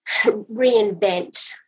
reinvent